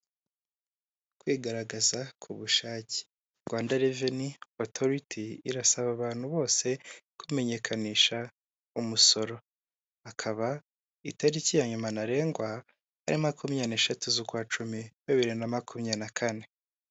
Kwigaragaza ku bushake Rwanda reveni otoriti irasaba abantu bose kumenyekanisha umusoro, akaba itariki ya nyuma ntarengwa ari makumya neshatu z'ukwa cumi babiri na makumyabiri na kane.